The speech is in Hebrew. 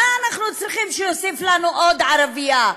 מה אנחנו צריכים שהוא יוסיף לנו עוד ערבייה?